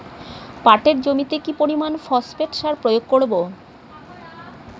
পাটের জমিতে কি পরিমান ফসফেট সার প্রয়োগ করব?